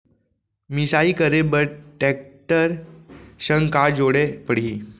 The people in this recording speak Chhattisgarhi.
मिसाई करे बर टेकटर संग का जोड़े पड़ही?